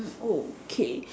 okay